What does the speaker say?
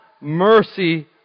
mercy